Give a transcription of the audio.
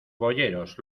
boyeros